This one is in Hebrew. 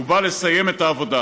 הוא בא לסיים את העבודה.